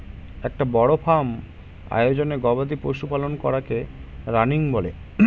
একটা বড় ফার্ম আয়োজনে গবাদি পশু পালন করাকে রানিং বলে